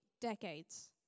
decades